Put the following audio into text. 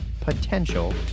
potential